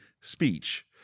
speech